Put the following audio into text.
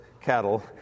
cattle